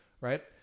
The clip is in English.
right